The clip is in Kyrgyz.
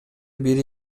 бири